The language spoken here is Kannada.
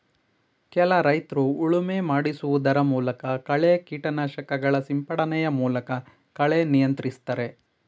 ಕೆಲ ರೈತ್ರು ಉಳುಮೆ ಮಾಡಿಸುವುದರ ಮೂಲಕ, ಕಳೆ ಕೀಟನಾಶಕಗಳ ಸಿಂಪಡಣೆಯ ಮೂಲಕ ಕಳೆ ನಿಯಂತ್ರಿಸ್ತರೆ